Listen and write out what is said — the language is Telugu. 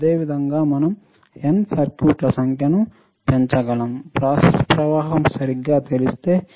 అదేవిధంగా మనం N సర్క్యూట్ల సంఖ్యను చెప్పగలం ప్రాసెస్ ప్రవాహం సరిగ్గా తెలిస్తే